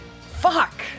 Fuck